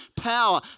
power